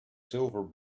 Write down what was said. silver